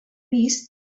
pis